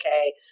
okay